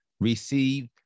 Receive